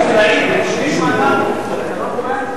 ביקשתי כדי שהוא ישמע.